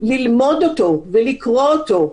ללמוד אותו ולקרוא אותו,